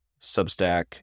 Substack